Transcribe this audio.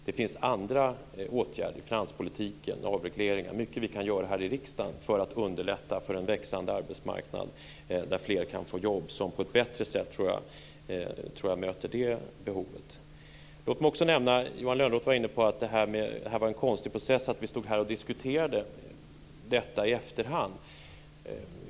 Det finns andra åtgärder - finanspolitik, avregleringar och mycket vi kan göra här i riksdagen för att underlätta för en växande arbetsmarknad där fler kan få jobb - som på ett bättre sätt, tror jag, möter det behovet. Johan Lönnroth var inne på att det var en konstig process att vi stod här och diskuterade detta i efterhand.